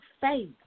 faith